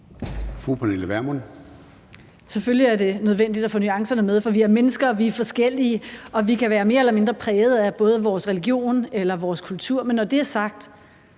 Pernille Vermund (NB): Selvfølgelig er det nødvendigt at få nuancerne med, for vi er mennesker, vi er forskellige, og vi kan være mere eller mindre prægede af både vores religion og kultur, men når det er sagt,